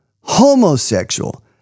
homosexual